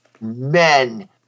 men